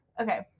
Okay